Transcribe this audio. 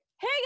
Hey